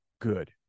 good